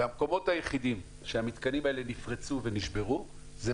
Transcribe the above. והמקומות היחידים שהמתקנים האלה נפרצו ונשברו היו